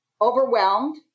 overwhelmed